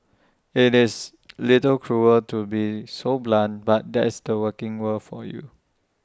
IT is A little cruel to be so blunt but that's the working world for you